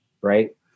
Right